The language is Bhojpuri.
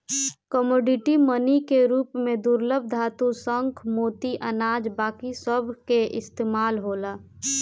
कमोडिटी मनी के रूप में दुर्लभ धातु, शंख, मोती, अनाज बाकी सभ के इस्तमाल होला